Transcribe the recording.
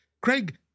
Craig